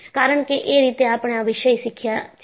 કારણ કે એ રીતે આપણે આ વિષય શીખ્યા છીએ